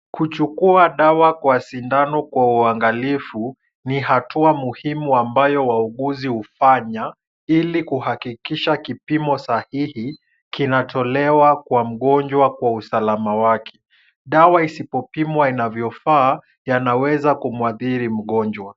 Kuchukua dawa kwa sindano kwa uangalifu, ni hatua muhimu ambayo wauguzi hufanya, ili kuhakikisha kipimo sahihi kinatolewa kwa mgonjwa kwa usalama wake. Dawa isipopimwa inavyofaa, yanaweza kumwathiri mgonjwa.